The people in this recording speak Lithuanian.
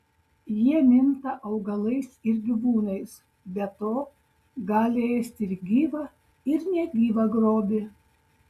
jie minta augalais ir gyvūnais be to gali ėsti ir gyvą ir negyvą grobį